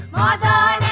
da da